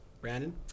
Brandon